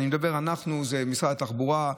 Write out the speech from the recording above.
וכשאני אומר "אנחנו" זה משרד התחבורה,